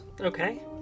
Okay